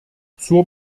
zur